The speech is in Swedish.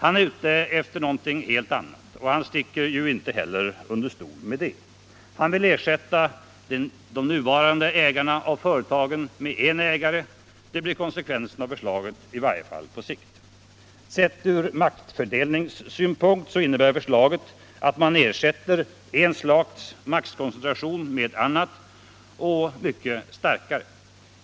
Han är ute efter någonting helt annat, och han sticker inte heller under stol med det. Han vill ersätta de nuvarande ägarna av företagen med en ägare. Det blir konsekvensen av förslaget, i varje fall på sikt. Sett ur maktfördelningssynpunkt innebär förslaget att man ersätter ett slags maktkoncentration med en annan och mycket starkare.